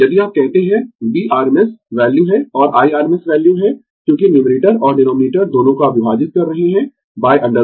यदि आप कहते है V rms वैल्यू है और I rms वैल्यू है क्योंकि न्यूमरेटर और डीनोमिनेटर दोनों को आप विभाजित कर रहे है √ 2